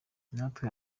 natwe